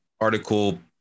article